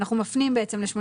אנחנו בעצם מפנים ל-85ג(ג),